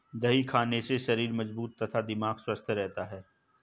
दही खाने से शरीर मजबूत तथा दिमाग स्वस्थ रहता है